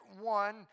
one